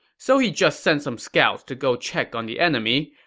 so he just sent some scouts to go check on the enemy,